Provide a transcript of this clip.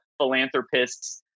philanthropists